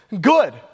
good